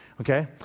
Okay